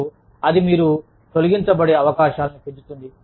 మరియు అది మీరు తొలగించబడే అవకాశాలను పెంచుతుంది